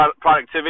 productivity